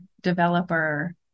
developer